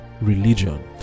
religion